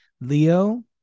Leo